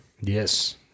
Yes